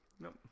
Nope